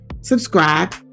subscribe